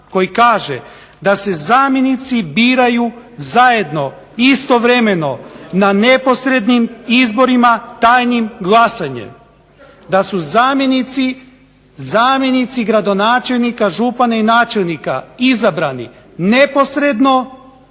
koji kaže da se zamjenici biraju zajedno, istovremeno na neposrednim izborima tajnim glasanjem, da su zamjenici gradonačelnika, župana i načelnika izabrani neposredno,